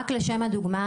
רק לשם הדוגמא,